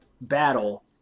battle